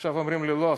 עכשיו אומרים לי: לא,